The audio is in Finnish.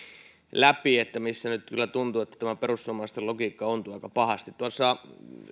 läpi missä nyt kyllä tuntuu että tämä perussuomalaisten logiikka ontuu aika pahasti tuossa